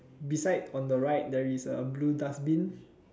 beside on the right there is a blue dustbin